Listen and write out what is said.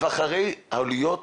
ולאחר הבניה העלויות